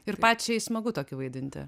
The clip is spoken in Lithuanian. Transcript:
ir pačiai smagu tokį vaidinti